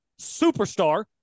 superstar